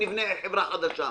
נבנה חברה חדשה.